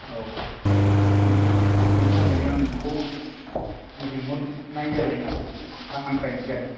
औ बेनिथाखायनो आं नोंखौ लिंहरनाय जादों आरो एबा हांख्रायनाय जादों